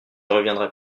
reviendrai